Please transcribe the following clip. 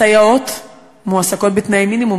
הסייעות מועסקות בתנאי מינימום,